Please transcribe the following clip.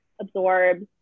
absorbs